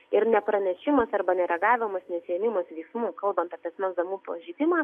ir nepranešimas arba nereagavimas nesiėmimas veiksmų kalbant apie asmens duomenų pažeidimą